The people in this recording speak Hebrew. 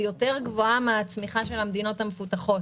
היא גבוהה יותר מהצמיחה של המדינות המפותחות.